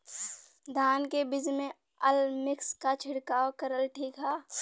धान के बिज में अलमिक्स क छिड़काव करल ठीक ह?